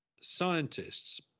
scientists